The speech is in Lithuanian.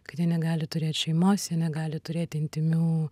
kad jie negali turėti šeimos jie negali turėti intymių